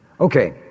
Okay